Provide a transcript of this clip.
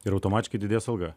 ir automatiškai didės alga